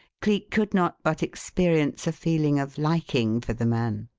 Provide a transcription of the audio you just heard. cleek could not but experience a feeling of liking for the man.